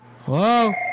Hello